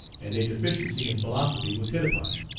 and a deficiency in philosophy was hit upon.